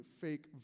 fake